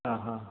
ആ ഹ